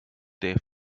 der